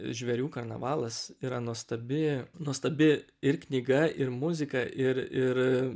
žvėrių karnavalas yra nuostabi nuostabi ir knyga ir muzika ir ir